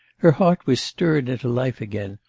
her heart was stirred into life again,